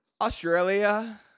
Australia